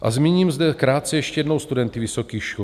A zmíním zde krátce ještě jednou studenty vysokých škol.